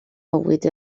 mywyd